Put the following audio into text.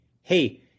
hey